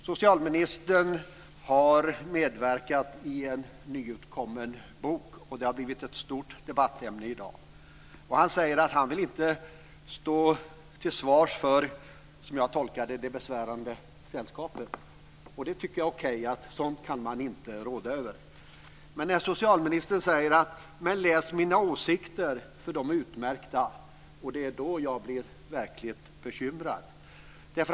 Socialministern har medverkat i en nyutkommen bok, och det har blivit ett stort debattämne i dag. Han säger att han inte vill stå till svars för det, som jag tolkar det, besvärande sällskapet. Det tycker jag är okej. Sådant kan man inte råda över. Men socialministern säger: Läs mina åsikter, för de är utmärkta. Då blir jag verkligt bekymrad.